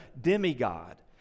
demigod